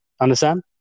understand